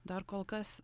dar kol kas